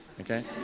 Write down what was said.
Okay